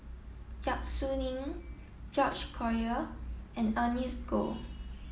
Yap Su Ning George Collyer and Ernest Goh